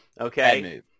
Okay